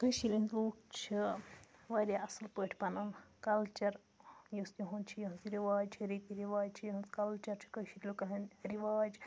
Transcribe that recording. کٲشیٖرِ ہِنٛدۍ لُکھ چھِ واریاہ اَصٕل پٲٹھۍ پَنُن کَلچَر یُس تِہُنٛد چھِ یُس رِواج چھِ ریٖتی رِواج چھِ یِہٕنٛز کَلچَر چھُ کٲشِرۍ لُکَن ہٕنٛدۍ رِواج